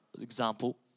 example